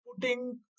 putting